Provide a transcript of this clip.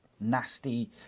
nasty